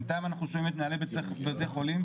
בינתיים אנחנו שומעים את מנהלי בתי החולים